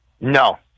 No